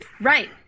Right